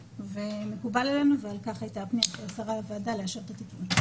וזה מקובל עלינו וכך הייתה הפנייה של השרה לוועדה לאשר את התקנות.